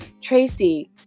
Tracy